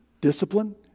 discipline